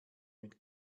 mit